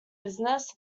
business